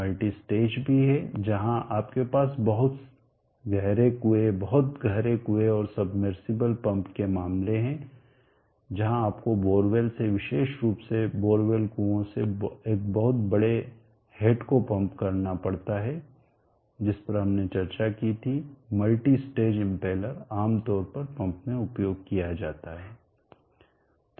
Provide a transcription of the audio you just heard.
multi stage भी है जहां आपके पास बहुत गहरे कुएं बहुत गहरे कुएं और सबमर्सिबल पंप के मामले है जहां आपको बोरवेल से विशेष रूप से बोरवेल कुओं से एक बहुत बड़े हेड को पंप करना पड़ता है जिस पर हमने चर्चा की थी मल्टीस्टेज इम्पेलर आम तौर पर पंप में उपयोग किया जाता है